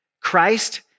Christ